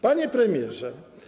Panie Premierze!